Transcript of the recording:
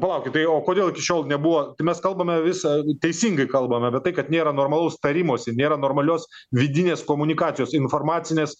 palaukit tai o kodėl iki šiol nebuvo tai mes kalbame visa teisingai kalbame bet tai kad nėra normalaus tarimosi nėra normalios vidinės komunikacijos informacinės